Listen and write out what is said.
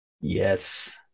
yes